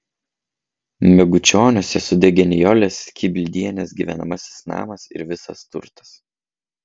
megučioniuose sudegė nijolės kibildienės gyvenamasis namas ir visas turtas